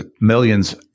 millions